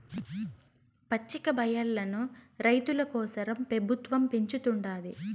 పచ్చికబయల్లను రైతుల కోసరం పెబుత్వం పెంచుతుండాది